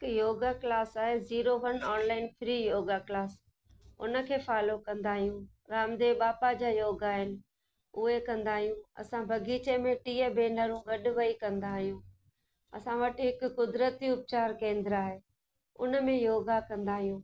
yoga class आहे zero one online free yoga class उनखे follow कंदा आहियूं रामदेव बाबा जा योग आहिनि उहे कंदा आहियूं असां बगीचे में टीह भैनरुं गॾ वही कंदा आहियूं असां वटि हिक कुदरती उपचार केंद्र आहे उनमें योगा कंदा आहियूं